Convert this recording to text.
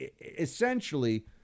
essentially